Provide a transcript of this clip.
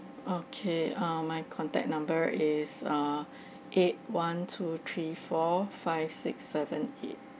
okay uh my contact number is uh eight one two three four five six seven eight